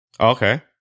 Okay